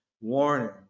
warning